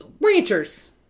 Ranchers